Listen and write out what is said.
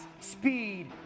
speed